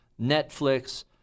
Netflix